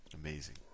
Amazing